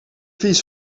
vies